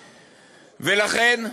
ולכן,